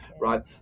Right